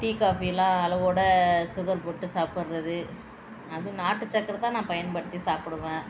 tea coffee எல்லாம் அளவோட sugar போட்டு சாப்பிட்றது அது நாட்டுச்சக்கரை தான் நான் பயன்படுத்தி சாப்பிடுவேன்